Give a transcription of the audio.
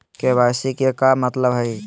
KYC के का मतलब हई?